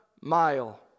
mile